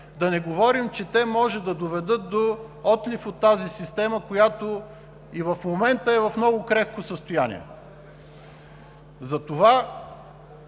да не говорим, че могат да доведат до отлив от тази система, която и в момента е в много крехко състояние. Затова